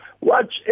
Watch